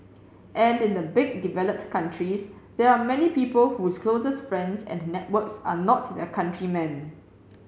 and in the big developed countries there are many people whose closest friends and networks are not their countrymen